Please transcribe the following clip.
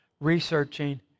researching